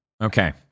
Okay